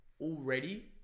already